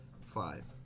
Five